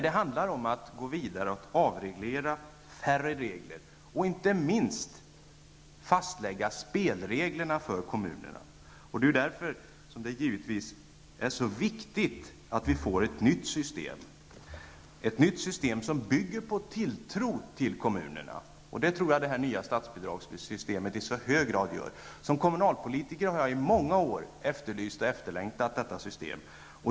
Det handlar om att gå vidare och avreglera för att få färre regler och inte minst att fastlägga spelreglerna för kommunerna. Det är därför som det givetvis är så viktigt att vi får ett nytt system, som bygger på tilltro till kommunerna. Det tror jag att det nya statsbidragssystemet i hög grad gör. Som kommunalpolitiker har jag många år efterlyst och efterlängtat detta system.